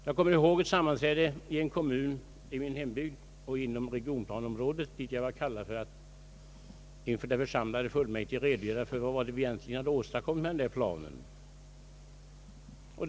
Jag kommer ihåg ett sammanträde i en kommun i min hembygd tillhörande regionplaneområdet, dit jag var kallad för att inför de församlade fullmäktige redogöra för vad vi egent ligen hade åstadkommit i vårt planarbete.